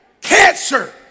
cancer